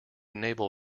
naval